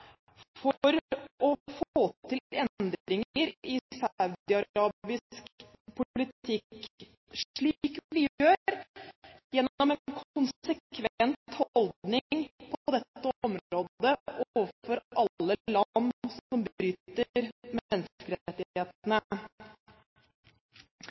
for å få til endringer i saudiarabisk politikk, slik vi gjør gjennom en konsekvent holdning på dette området overfor alle land som bryter